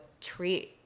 treat